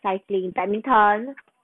cycling badminton